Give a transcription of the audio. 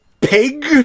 pig